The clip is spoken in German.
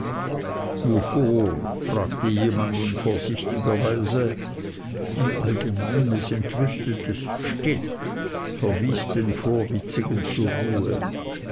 wovor fragte jemand unvorsichtigerweise ein allgemeines entrüstetes still verwies den vorwitzigen zur ruhe